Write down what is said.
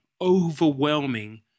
overwhelming